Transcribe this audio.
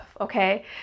okay